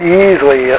easily